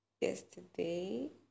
yesterday